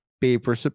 paper